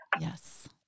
yes